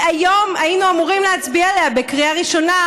והיום היינו אמורים להצביע עליה בקריאה ראשונה,